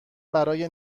برای